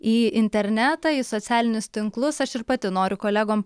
į internetą į socialinius tinklus aš ir pati noriu kolegom